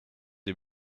des